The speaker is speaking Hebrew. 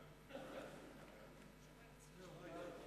ועדת הכנסת להעביר את הצעת חוק הכללת אמצעי זיהוי ביומטריים